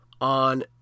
on